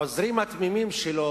העוזרים התמימים שלו